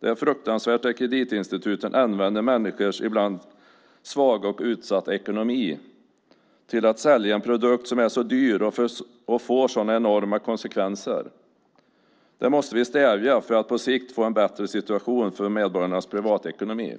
Det är fruktansvärt att kreditinstituten använder människors ibland svaga och utsatta ekonomi till att sälja en produkt som är så dyr och får sådana enorma konsekvenser. Det måste vi stävja för att på sikt få en bättre situation för medborgarnas privatekonomi.